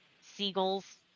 seagulls